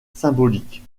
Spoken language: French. symbolique